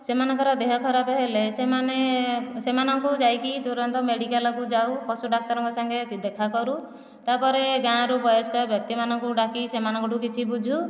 ସେମାନଙ୍କର ଦେହ ଖରାପ ହେଲେ ସେମାନେ ସେମାନଙ୍କୁ ଯାଇକି ତୁରନ୍ତ ମେଡ଼ିକାଲକୁ ଯାଉ ପଶୁ ଡାକ୍ତରଙ୍କ ସାଙ୍ଗେ ଦେଖା କରୁ ତାପରେ ଗାଁରୁ ବୟସ୍କ ବ୍ୟକ୍ତିମାନଙ୍କୁ ଡାକି ସେମାନଙ୍କଠୁ କିଛି ବୁଝୁ